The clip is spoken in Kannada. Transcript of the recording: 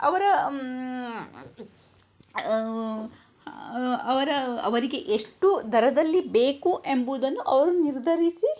ಅವರ ಅವರ ಅವರಿಗೆ ಎಷ್ಟು ದರದಲ್ಲಿ ಬೇಕು ಎಂಬುದನ್ನು ಅವರು ನಿರ್ಧರಿಸಿ